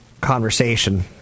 conversation